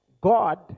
God